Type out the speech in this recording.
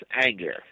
Anger